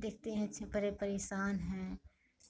देखते हैं अच्छा परे परेशान हैं